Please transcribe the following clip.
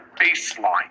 baseline